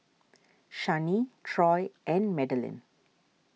Shani Troy and Madaline